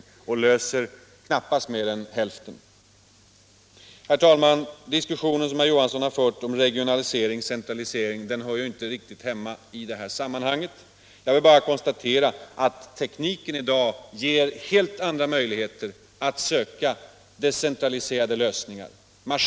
En sådan åtgärd löser knappast problemen mer än till hälften. Herr talman! Den diskussion om regionalisering och centralisering som herr Johansson i Trollhättan har fört hör ju inte riktigt hemma i detta sammanhang. Jag vill bara konstatera att tekniken i dag möjliggör helt andra decentraliserade lösningar än tidigare.